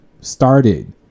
started